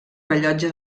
rellotge